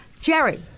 Jerry